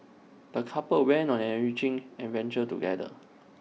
the couple went on an enriching adventure together